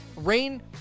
rain